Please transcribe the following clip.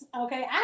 okay